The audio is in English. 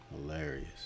Hilarious